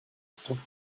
strauss